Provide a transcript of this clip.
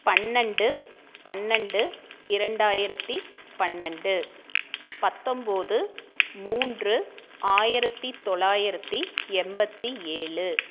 பன்னெண்டு பன்னெண்டு இரண்டாயிரத்து பன்னெண்டு பத்தொம்பது மூன்று ஆயிரத்து தொள்ளாயிரத்தி எண்பத்தி ஏழு